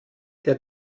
der